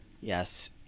Yes